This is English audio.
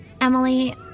Emily